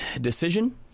decision